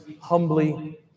humbly